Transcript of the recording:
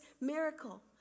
miracle